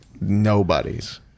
nobody's